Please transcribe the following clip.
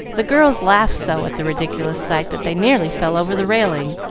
the girls laughed so at the ridiculous sight that they nearly fell over the railing,